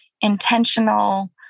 intentional